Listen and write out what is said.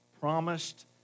promised